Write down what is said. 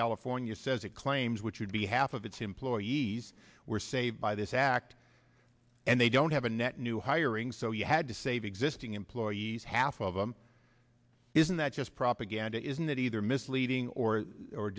california says it claims which would be half of its employees were saved by this act and they don't have a net new hiring so you had to save existing employees half of them isn't that just propaganda isn't that either misleading or